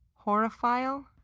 horophile?